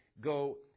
go